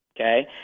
Okay